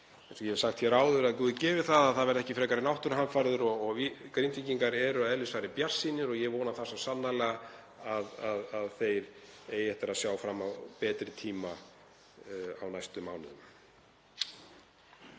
ég hef sagt hér áður, að guð gefi að það verði ekki frekari náttúruhamfarir. Grindvíkingar eru að eðlisfari bjartsýnir og ég vona svo sannarlega að þeir eigi eftir að sjá fram á betri tíma á næstu mánuðum.